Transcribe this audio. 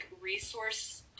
resource